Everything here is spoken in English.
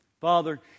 Father